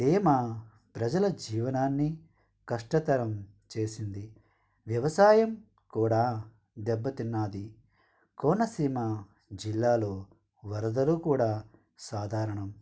తేమ ప్రజల జీవనాన్ని కష్టతరం చేసింది వ్యవసాయం కూడా దెబ్బ తిన్నది కోనసీమ జిల్లాల్లో వరదలు కూడా సాధారణం